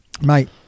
Mate